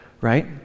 right